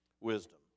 Wisdom